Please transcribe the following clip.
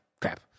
Crap